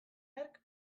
hark